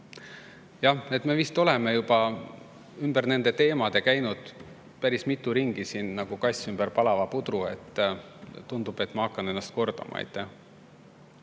Jah, me vist oleme ümber nende teemade käinud juba päris mitu ringi nagu kass ümber palava pudru. Tundub, et ma hakkan ennast kordama. Jah,